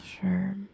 sure